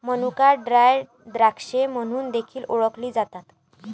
मनुका ड्राय द्राक्षे म्हणून देखील ओळखले जातात